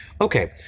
Okay